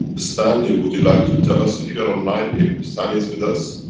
stanley would you like to tell us if you are online? if stanley is with us.